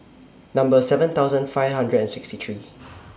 Number seven thousand five hundred and sixty three